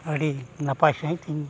ᱟᱹᱰᱤ ᱱᱟᱯᱟᱭ ᱥᱟᱹᱦᱤᱡᱛᱮᱧ